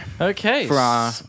Okay